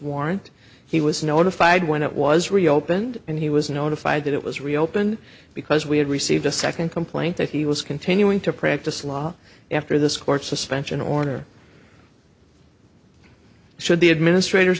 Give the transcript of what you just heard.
warrant he was notified when it was reopened and he was notified that it was reopened because we had received a second complaint that he was continuing to practice law after this court suspension order should the administrators